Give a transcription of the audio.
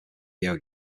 video